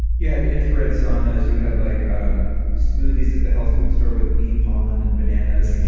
you had infrared saunas. you had like um smoothies at the health food store with bee pollen and bananas.